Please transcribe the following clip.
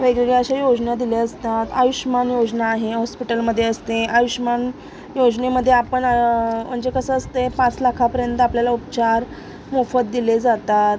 वेगवेगळ्या अशा योजना दिलेल्या असतात आयुष्यमान योजना आहे हॉस्पिटलमध्ये असते आयुष्यमान योजनेमध्ये आपण मंजे कसं असते पाच लाखापर्यंत आपल्याला उपचार मोफत दिले जातात